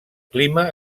clima